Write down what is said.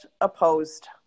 opposed